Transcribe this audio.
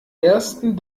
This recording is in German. ersten